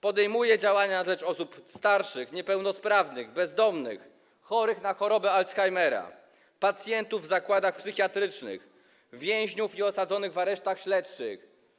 Podejmuje działania na rzecz osób starszych, niepełnosprawnych, bezdomnych, chorych na chorobę Alzheimera, pacjentów w zakładach psychiatrycznych, więźniów i osadzonych w aresztach śledczych.